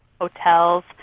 hotels